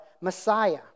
Messiah